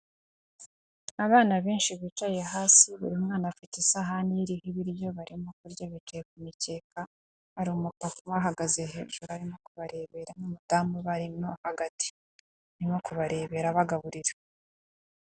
Abana benshi bicaye hasi buri mwana afite isahani iriho ibiryo barimo kurya bicaye ku mikeka, hari umupapa ubahagaze hejuru arimo kubarebera n'umudamu ubarimo hagati arimo kubarebera abagaburira.